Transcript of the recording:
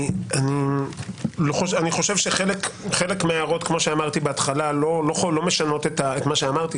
אני חושב שחלק מההערות לא משנות את מה שאמרתי,